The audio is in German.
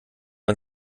man